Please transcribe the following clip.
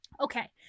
Okay